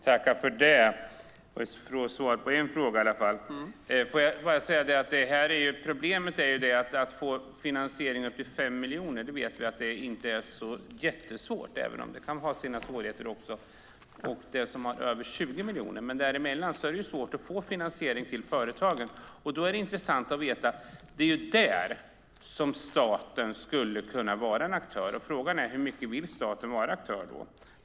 Herr talman! Jag fick svar på en fråga i alla fall. Får jag bara säga att vi vet att det inte är jättesvårt att få finansiering upp till 5 miljoner, även om det kan ha sina svårigheter också, eller över 20 miljoner, men däremellan är det svårt att få finansiering till företagen. Det är ju där som staten skulle kunna vara en aktör. Frågan är hur mycket aktör staten vill vara.